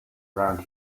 around